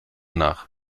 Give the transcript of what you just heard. nach